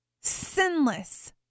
sinless